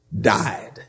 died